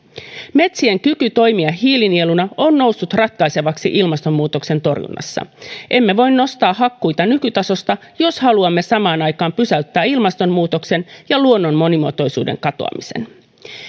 metsien kyky toimia hiilinieluna on noussut ratkaisevaksi ilmastonmuutoksen torjunnassa emme voi nostaa hakkuita nykytasosta jos haluamme samaan aikaan pysäyttää ilmastonmuutoksen ja luonnon monimuotoisuuden katoamisen